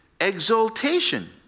exaltation